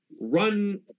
run